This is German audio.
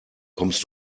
kommst